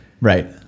Right